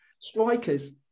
Strikers